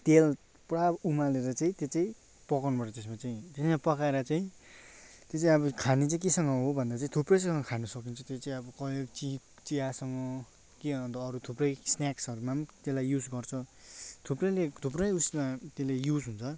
तेल पुरा उमालेर चाहिँ त्यो चाहिँ पकाउनु पर्छ त्यसमा चाहिँ त्यसमा पकाएर चाहिँ त्यो चाहिँ अब खाने चाहिँ केसँग हो भन्दा चाहिँ थुप्रैसँग खानु सकिन्छ त्यो चाहिँ अब केही चि चियासँग के अन्त अरू थुप्रै स्नाक्सहरूमा पनि त्यसलाई युज गर्छ थुप्रैले थुप्रै उसमा त्यसले युज हुन्छ